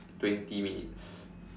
twenty minutes